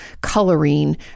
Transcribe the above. coloring